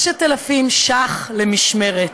5,000 ש"ח למשמרת,